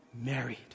married